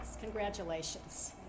Congratulations